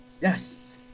Yes